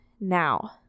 now